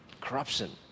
corruption